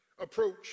approach